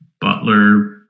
Butler